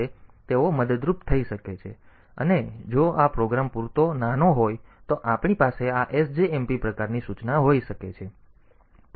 તેથી તેઓ મદદરૂપ થઈ શકે છે અને જો આ પ્રોગ્રામ પૂરતો નાનો હોય તો આપણી પાસે આ SJMP પ્રકારની સૂચના હોઈ શકે છે